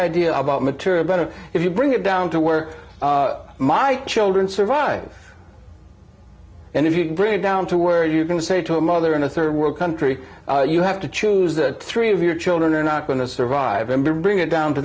idea about material better if you bring it down to work my children survive and if you can bring it down to where you're going to say to a mother in a rd world country you have to choose that three of your children are not going to survive and bring it down to